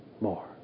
more